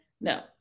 No